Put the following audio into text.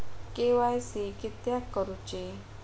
KYC किदयाक करूची?